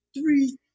three